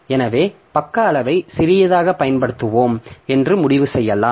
எனவே பக்க அளவை சிறியதாகப் பயன்படுத்துவோம் என்று முடிவு செய்யலாம்